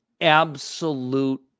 absolute